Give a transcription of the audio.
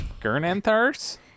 Gernanthar's